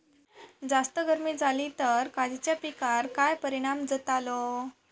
जास्त गर्मी जाली तर काजीच्या पीकार काय परिणाम जतालो?